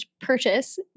purchase